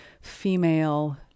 female